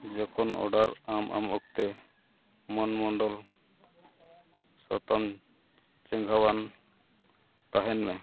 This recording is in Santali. ᱡᱚᱠᱷᱚᱱ ᱚᱰᱟᱨ ᱟᱢ ᱟᱢ ᱚᱠᱛᱮ ᱢᱚᱱᱢᱚᱱᱰᱚᱞ ᱥᱟᱛᱟᱢ ᱪᱮᱸᱜᱷᱟᱣᱟᱱ ᱛᱟᱦᱮᱱ ᱢᱮ